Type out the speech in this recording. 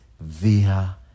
via